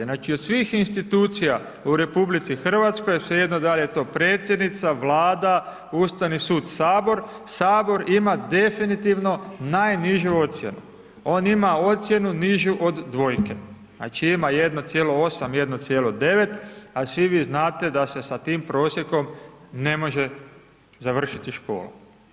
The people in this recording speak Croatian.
Znači, od svih institucija u RH svejedno dal je to predsjednica, Vlada, Ustavni sud, HS, HS ima definitivno najnižu ocjenu, on ima ocjenu nižu od dvojke, znači, ima 1,8., 1,9., a svi vi znate da se sa tim prosjekom ne može završiti škola.